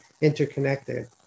interconnected